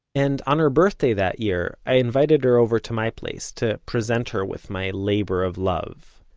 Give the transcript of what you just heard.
and on her birthday that year, i invited her over to my place to present her with my labor of love.